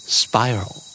spiral